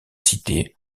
cité